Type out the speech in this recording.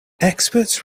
experts